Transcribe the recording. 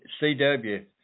CW